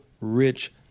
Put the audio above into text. rich